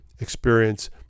experience